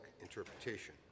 interpretation